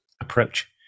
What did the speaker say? approach